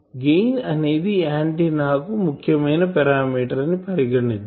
gain అనేది antenna కు ముఖ్యమైన పారామీటర్ అని పరిగణిద్దాం